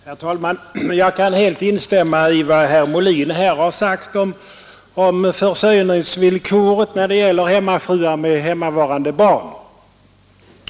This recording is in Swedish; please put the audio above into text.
Herr talman! Jag kan helt instämma i vad herr Molin här har sagt om försörjningsvillkoren när det gäller hemmafruar med minderåriga barn.